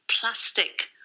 plastic